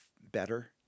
better